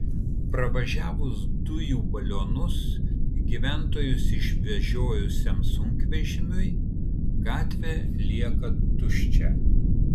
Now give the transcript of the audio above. pravažiavus dujų balionus gyventojus išvežiojusiam sunkvežimiui gatvė lieka tuščia